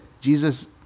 Jesus